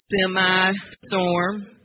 semi-storm